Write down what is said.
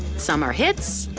some are hits,